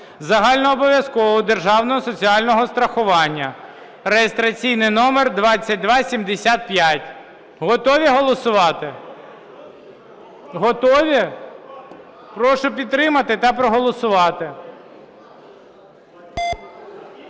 загальнообов'язкового державного соціального страхування (реєстраційний номер 2275). Готові голосувати? Готові? Прошу підтримати та проголосувати.